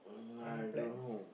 any plans